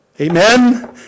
Amen